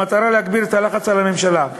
במטרה להגביר את הלחץ על הממשלה.